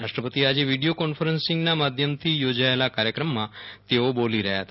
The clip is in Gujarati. રાષ્ટ્રપતિ આજે વિડિયો કોન્ફરન્સિંગના માધ્યમથી યોજાયેલા કાર્યક્રમમાં તેઓ બોલી રહ્યા હતા